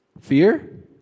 Fear